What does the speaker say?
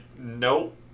nope